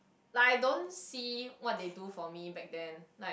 like I don't see what they do for me back then